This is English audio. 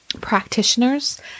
practitioners